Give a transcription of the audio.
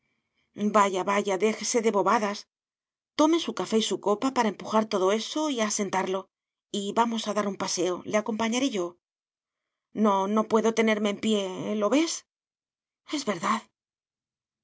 vaya vaya déjese de bobadas tome su café y su copa para empujar todo eso y asentarlo y vamos a dar un paseo le acompañaré yo no no puedo tenerme en pie lo ves es verdad